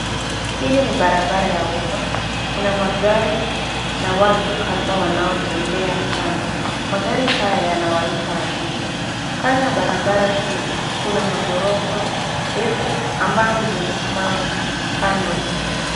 Hili ni barabara ya umma. Kuna magari na watu kadha wanaotembea kando. Magari haya yanawaita wateja. Kando barabara hii, kuna maghorofa ndefu ambazo zimesimama kando.